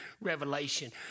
revelation